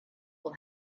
will